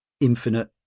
infinite